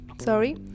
sorry